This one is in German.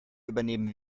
übernehmen